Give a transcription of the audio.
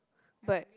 but